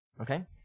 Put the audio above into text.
Okay